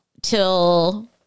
till